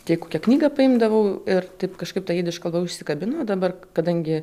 tai kokią knygą paimdavau ir taip kažkaip ta jidiš kalba užsikabino dabar kadangi